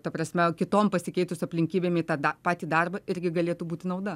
ta prasme kiton pasikeitus aplinkybėm į tą da patį darbą irgi galėtų būti nauda